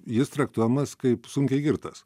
jis traktuojamas kaip sunkiai girtas